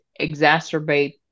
exacerbate